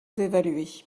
d’évaluer